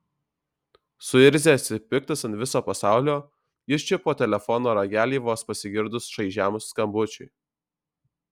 suirzęs ir piktas ant viso pasaulio jis čiupo telefono ragelį vos pasigirdus šaižiam skambučiui